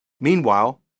Meanwhile